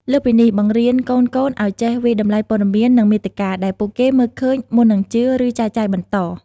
លើសពីនេះបង្រៀនកូនៗឲ្យចេះ វាយតម្លៃព័ត៌មាន និងមាតិកា ដែលពួកគេមើលឃើញ មុននឹងជឿ ឬចែកចាយបន្ត។